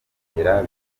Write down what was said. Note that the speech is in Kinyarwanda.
kugera